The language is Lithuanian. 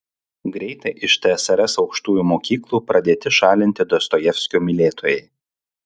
greitai iš tsrs aukštųjų mokyklų pradėti šalinti dostojevskio mylėtojai